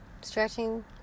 Stretching